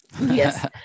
yes